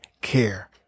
care